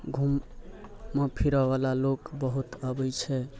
घूम फिरऽवला लोक बहुत अबै छै